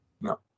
No